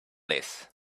this